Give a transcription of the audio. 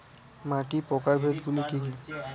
মাটির প্রকারভেদ গুলো কি কী?